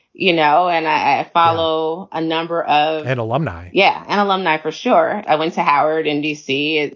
you know, and i follow a number of and alumni. yeah, and alumni for sure. i went to howard in d c,